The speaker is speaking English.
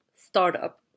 Startup